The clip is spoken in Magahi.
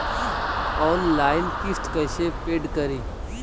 ऑनलाइन किस्त कैसे पेड करि?